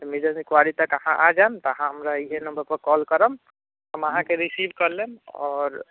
मेजरगञ्ज कुवारी तक अहाँ आ जाइब तऽ अहाँ हमरा इहे नम्बरपर कॉल करब हम अहाँके रिसीव कऽ लेब आओर